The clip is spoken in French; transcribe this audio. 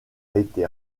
été